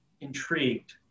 intrigued